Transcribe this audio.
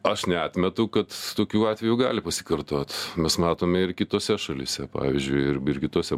aš neatmetu kad tokių atvejų gali pasikartot mes matome ir kitose šalyse pavyzdžiui ir ir kitose